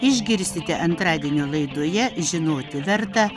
išgirsite antradienio laidoje žinoti verta